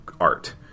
art